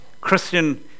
Christian